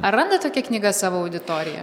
ar randa tokia knyga savo auditoriją